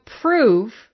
prove